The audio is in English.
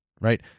right